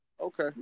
Okay